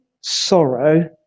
sorrow